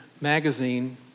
magazine